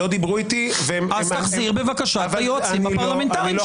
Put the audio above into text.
הם לא דיברו איתי --- אז תחזיר בבקשה את היועצים הפרלמנטריים שלנו.